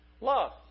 love